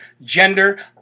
gender